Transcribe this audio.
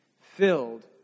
filled